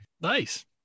Nice